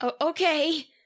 Okay